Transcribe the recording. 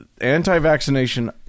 anti-vaccination